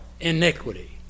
iniquity